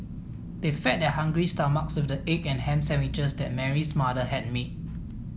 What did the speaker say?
they fed their hungry stomachs with the egg and ham sandwiches that Mary's mother had made